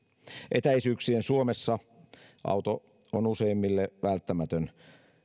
etäisyyksien suomessa auto on useimmille välttämätön